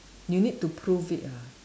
you need to proof it ah